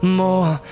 more